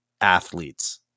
athletes